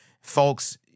Folks